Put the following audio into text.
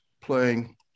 playing